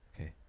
Okay